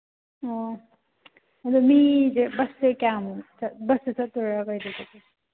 ꯑꯣ ꯑꯗꯨ ꯃꯤꯁꯦ ꯕꯁꯁꯦ ꯀꯌꯥꯃꯨꯛ ꯕꯁꯇ ꯆꯠꯇꯣꯏꯔꯥ ꯀꯩꯗ ꯆꯠ